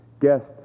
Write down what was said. guests